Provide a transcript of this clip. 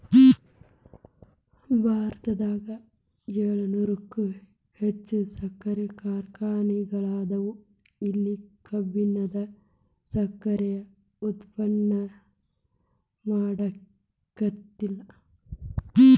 ಭಾರತದಾಗ ಏಳುನೂರಕ್ಕು ಹೆಚ್ಚ್ ಸಕ್ಕರಿ ಕಾರ್ಖಾನೆಗಳದಾವ, ಇಲ್ಲಿ ಕಬ್ಬಿನಿಂದ ಸಕ್ಕರೆ ಉತ್ಪಾದನೆ ಮಾಡ್ಲಾಕ್ಕೆತಿ